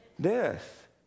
Death